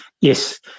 Yes